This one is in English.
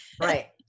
right